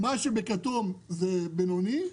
מה שבכתום זה בינוני.